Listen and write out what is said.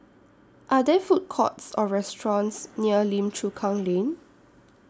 Are There Food Courts Or restaurants near Lim Chu Kang Lane